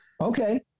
Okay